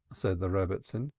said the rebbitzin.